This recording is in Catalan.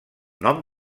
nom